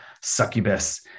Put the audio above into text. succubus